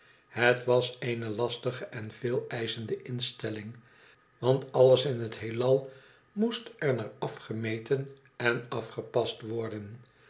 het was eene lastige en veeleischende instelling want alles in het heelal moest er naar afgemeten en afgepast worden